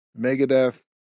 Megadeth